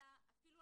אלא אפילו,